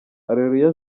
areruya